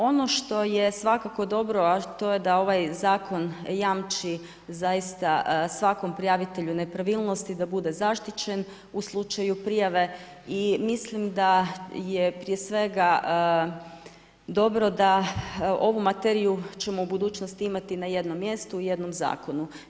Ono što je svakako dobro, a to je da ovaj zakon, jamči zaista svakom prijavitelju nepravilnosti, da bude zaštićen, u slučaju prijave i mislim da je prije svega dobro da ovu materiju ćemo u budućnosti imati na jednom mjestu u jednom zakonu.